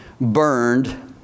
burned